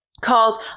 Called